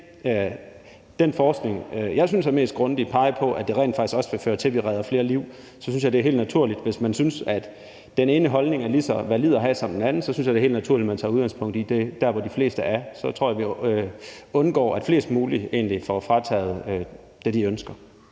den forskning, som jeg synes er mest grundig, pege på, at det rent faktisk også vil føre til, at vi redder flere liv, og hvis man mener, at den ene holdning er lige så valid at have som den anden, så synes jeg, det er helt naturligt, man tager udgangspunkt i det, de fleste mener. Så tror jeg, vi opnår, at flest mulige får opfyldt deres ønske.